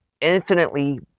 infinitely